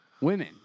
Women